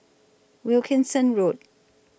Wilkinson Road